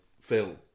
Film